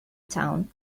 town